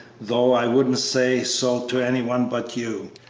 though i wouldn't say so to any one but you.